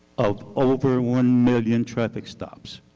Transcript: of over one million traffic stops.